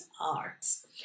Arts